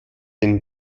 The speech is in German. den